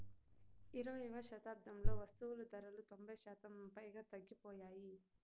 ఇరవైయవ శతాబ్దంలో వస్తువులు ధరలు తొంభై శాతం పైగా తగ్గిపోయాయి